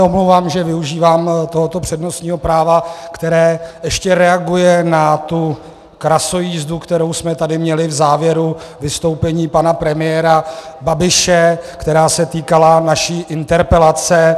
Omlouvám se, že využívám tohoto přednostního práva, které ještě reaguje na tu krasojízdu, kterou jsme tady měli v závěru vystoupení pana premiéra Babiše, která se týkala naší interpelace.